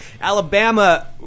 Alabama